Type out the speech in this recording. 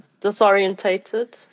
Disorientated